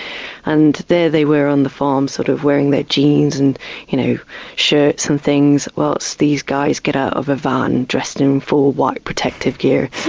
and there they were on the farm sort of wearing their jeans and you know shirts and things, whilst these guys get out of a van dressed in full white protective gear.